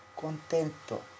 contento